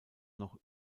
noch